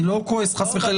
אני לא כועס חס וחלילה.